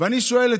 ואני שואל,